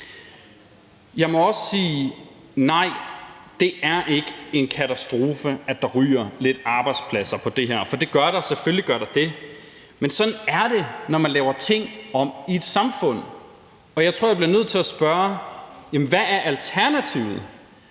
Jeg må også sige: Nej, det er ikke en katastrofe, at der ryger lidt arbejdspladser på det her. For det gør der, selvfølgelig gør der det, men sådan er det, når man laver ting om i et samfund. Og jeg tror, jeg bliver nødt til at spørge: Hvad er alternativet?